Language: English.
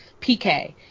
PK –